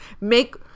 Make